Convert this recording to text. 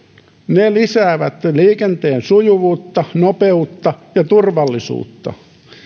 ne lisäävät liikenteen sujuvuutta nopeutta ja turvallisuutta ne